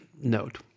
note